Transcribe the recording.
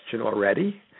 already